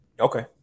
Okay